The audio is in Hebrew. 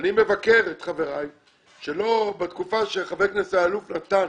אני מבקר את חבריי שבתקופה שחבר הכנסת אלאלוף נתן